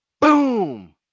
boom